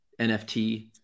NFT